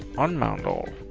unmount all.